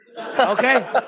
Okay